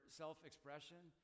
self-expression